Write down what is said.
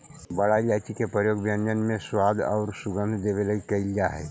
बड़ा इलायची के प्रयोग व्यंजन में स्वाद औउर सुगंध देवे लगी कैइल जा हई